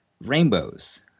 rainbows